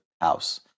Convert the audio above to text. house